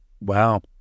Wow